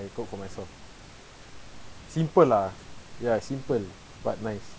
cook for myself simple lah ya simple but nice